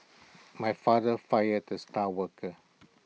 my father fired the star worker